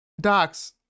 Docs